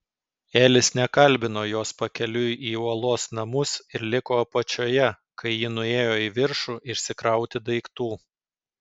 elis nekalbino jos pakeliui į uolos namus ir liko apačioje kai ji nuėjo į viršų išsikrauti daiktų